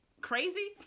crazy